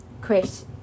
Chris